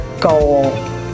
goal